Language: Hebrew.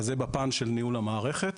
אז זה בפן של ניהול המערכת.